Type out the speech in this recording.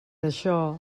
això